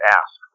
ask